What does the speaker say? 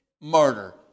murder